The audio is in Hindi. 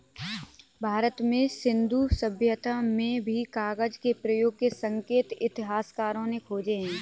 भारत में सिन्धु सभ्यता में भी कागज के प्रयोग के संकेत इतिहासकारों ने खोजे हैं